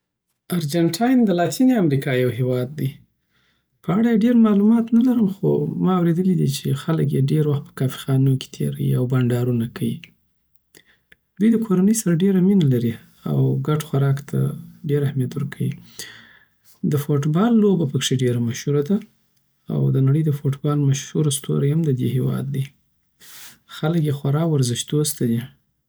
ارجنټاین د لاتینی امرکا یو هیواد دی په اړه یی ډیر معلومات نلرم خو ما اوریدلی دی چی خلک یی ډیر وخت په کافي خانو کې تیر وی او بانډارونه کوی دوی د کورنۍ سره ډیر مینه لری او ګډ خوراک ته ډیر اهمیت ورکوی. د فوتبال لوبه پکښی ډېره مشهوره ده او دنړی دفوټبال مشهور ستوری هم ددی هیواد دی خلک یی خورا ورزش دوسته دی